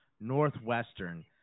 Northwestern